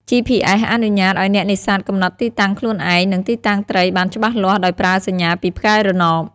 GPS អនុញ្ញាតឲ្យអ្នកនេសាទកំណត់ទីតាំងខ្លួនឯង និងទីតាំងត្រីបានច្បាស់លាស់ដោយប្រើសញ្ញាពីផ្កាយរណប។